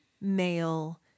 male